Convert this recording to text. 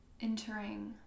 entering